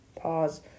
Pause